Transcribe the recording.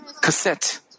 cassette